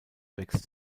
wächst